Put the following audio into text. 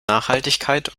nachhaltigkeit